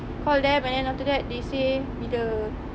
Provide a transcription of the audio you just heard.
call them and then after that they say bila